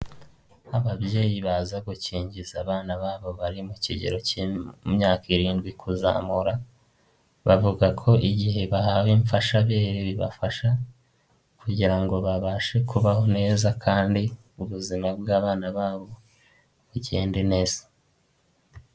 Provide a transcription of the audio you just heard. Ababyeyi baza gukingiza abana babo bari mu kigero cy'imyaka irindwi kuzamura, bavuga ko igihe bahawe imfashabere bibafasha. Kugira ngo babashe kubaho neza kandi ubuzima bw'abana babo bugende neza.